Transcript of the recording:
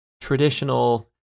traditional